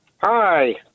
Hi